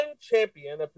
champion